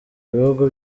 bihugu